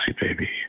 baby